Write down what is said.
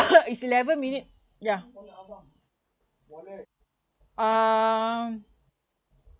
is eleven minute yeah um